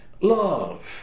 love